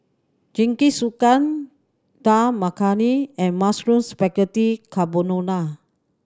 Jingisukan Dal Makhani and Mushroom Spaghetti Carbonara